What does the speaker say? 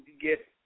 get